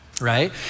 right